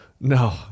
No